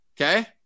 okay